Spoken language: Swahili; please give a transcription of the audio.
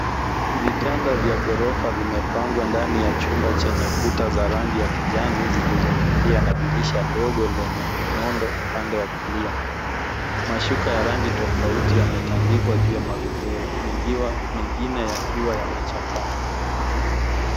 Vitanda vya ghorofa vimepangwa ndani ya chumba chenye kuta za rangi ya kijani zilizofifia na dirisha dogo lenye nondo upande wa kulia. Mashuka ya rangi tofauti yametandikwa juu ya magodoro mengine yakiwa yamechakaa.